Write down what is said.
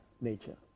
nature